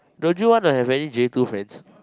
don't you wanna have any J two friends